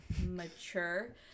mature